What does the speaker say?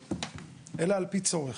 אלא על פי צורך.